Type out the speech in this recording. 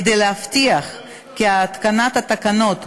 כדי להבטיח כי התקנת התקנות הושלמה,